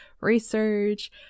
research